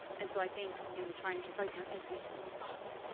and so i think, in trying to write down every single thought,